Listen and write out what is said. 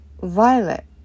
violet